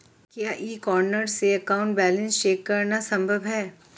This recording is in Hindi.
क्या ई कॉर्नर से अकाउंट बैलेंस चेक करना संभव है?